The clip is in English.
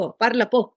parlapo